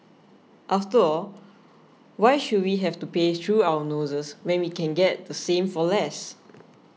after all why should we have to pay through our noses when we can get the same for less